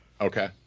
okay